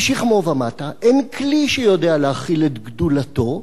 משכמו ומטה, אין כלי שיודע להכיל את גדולתו,